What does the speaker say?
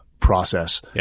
process